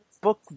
book